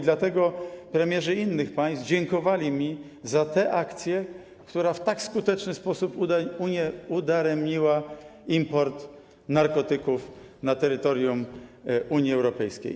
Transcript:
Dlatego premierzy innych państw dziękowali mi za te akcje, które w tak skuteczny sposób udaremniły import narkotyków na terytorium Unii Europejskiej.